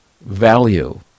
value